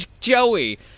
Joey